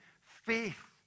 faith